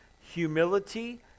humility